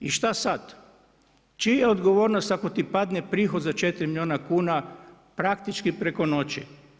I šta sad, čija je odgovornost ako ti padne prihod za 4 milijuna kuna, praktički preko noći?